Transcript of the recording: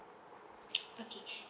okay